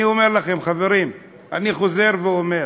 אני אומר לכם, חברים, אני חוזר ואומר: